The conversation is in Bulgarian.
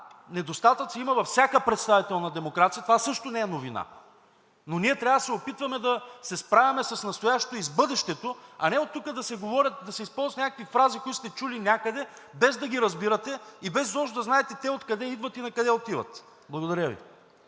– да, недостатъци има всяка представителна демокрация – това също не е новина, но ние трябва да се опитваме да се справяме с настоящето и с бъдещето, а не оттук да се използват някакви фрази, които сте чули някъде, без да ги разбирате и без изобщо да знаете те откъде идват и накъде отиват. Благодаря Ви.